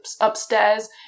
upstairs